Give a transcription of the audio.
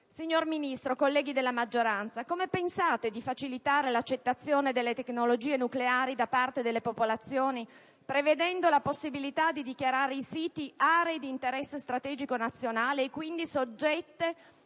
Signor Ministro, colleghi della maggioranza, come pensate di facilitare l'accettazione delle tecnologie nucleari da parte delle popolazioni prevedendo la possibilità di dichiarare i siti aree di interesse strategico nazionale, soggette